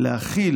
להחיל